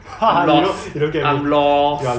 lost I'm lost